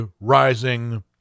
rising